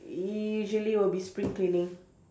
usually will be spring cleaning